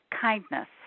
kindness